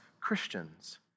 Christians